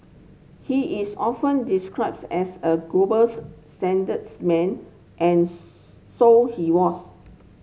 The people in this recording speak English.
he is often described as a globals statesman and so he was